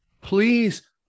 Please